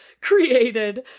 created